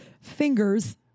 Fingers